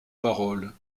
paroles